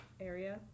area